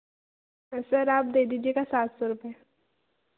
sir आप दे दीजिएगा सात सौ रुपये